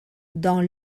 dans